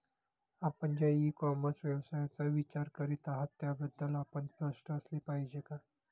आपण ज्या e commerce व्यवसायाचा विचार करीत आहात त्याबद्दल आपण स्पष्ट असले पाहिजे का?